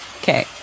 Okay